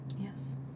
Yes